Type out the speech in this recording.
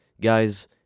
Guys